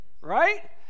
right